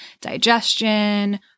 Digestion